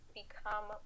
become